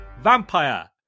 Vampire